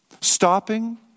Stopping